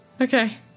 Okay